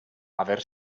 haver